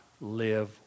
live